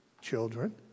children